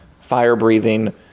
fire-breathing